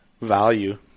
value